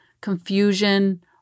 confusion